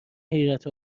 حیرت